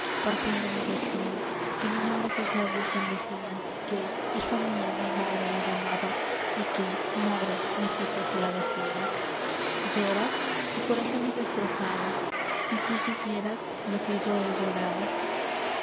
partiendo mi destino que mi nombre sus labios bendecian que hija mia mi madre la llamaba y que madre mis hijos la decian lloras tu corazon he destrozado si tú supieras lo que yo he llorado ya